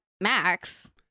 Max